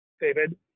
David